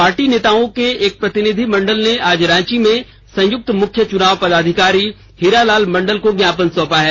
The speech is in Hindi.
पार्टी नेताओं के एक प्रतिनिधिमंडल ने आज रांची में संयुक्त मुख्य चुनाव पदाधिकारी हीरालाल मंडल को ज्ञापन सौंपा है